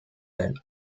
that